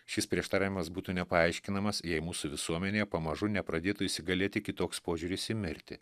šis prieštaravimas būtų nepaaiškinamas jei mūsų visuomenėje pamažu nepradėtų įsigalėti kitoks požiūris į mirtį